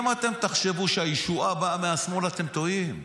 אם אתם תחשבו שהישועה באה מהשמאל, אתם טועים.